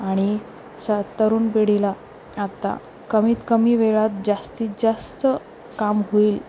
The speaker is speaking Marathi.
आणि स तरुण पिढीला आत्ता कमीत कमी वेळात जास्तीत जास्त काम होईल